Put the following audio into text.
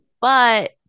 But-